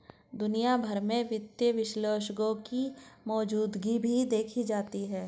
दुनिया भर में वित्तीय विश्लेषकों की मौजूदगी भी देखी जाती है